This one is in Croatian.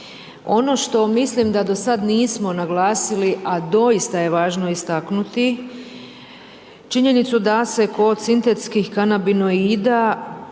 Ono što mislim da dosad nismo naglasili a doista je važno istaknuti činjenicu da se kod sintetskih kanabinoida,